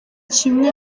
kimwe